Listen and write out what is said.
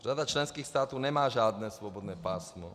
Řada členských států nemá žádné svobodné pásmo.